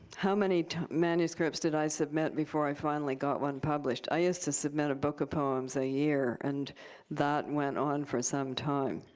how many manuscripts did i submit before i finally got one published? i used to submit a book of poems a year, and that went on for some time.